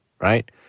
Right